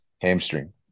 hamstring